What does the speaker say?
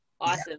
awesome